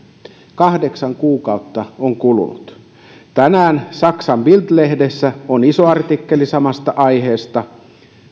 kahdeksan kuukautta on kulunut tänään saksan bild lehdessä on iso artikkeli samasta aiheesta